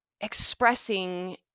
expressing